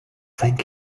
thank